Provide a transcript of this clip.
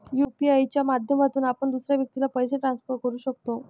UPI च्या माध्यमातून आपण दुसऱ्या व्यक्तीला पैसे ट्रान्सफर करू शकतो